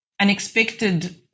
unexpected